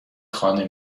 خانه